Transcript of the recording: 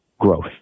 growth